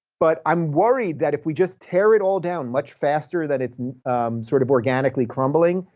but i'm worried that if we just tear it all down much faster than it's sort of organically crumbling,